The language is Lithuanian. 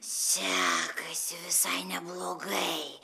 sekasi visai neblogai